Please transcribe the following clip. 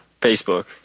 Facebook